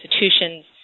institutions